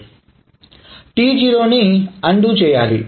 కాబట్టి T0 ని undo చేయాలి